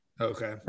Okay